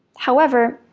however,